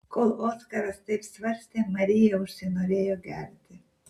kol oskaras taip svarstė marija užsinorėjo gerti